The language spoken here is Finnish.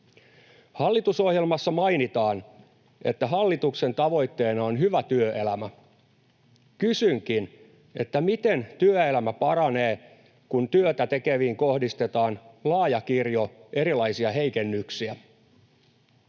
Hallitusohjelmassa mainitaan, että hallituksen tavoitteena on hyvä työelämä. Kysynkin, miten työelämä paranee, kun työtä tekeviin kohdistetaan laaja kirjo erilaisia heikennyksiä.